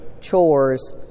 chores